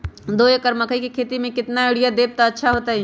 दो एकड़ मकई के खेती म केतना यूरिया देब त अच्छा होतई?